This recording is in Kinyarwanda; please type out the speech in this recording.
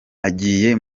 agiye